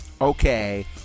okay